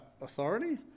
authority